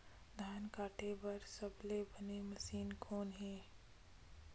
धान काटे बार सबले बने मशीन कोन हे?